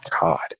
God